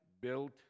built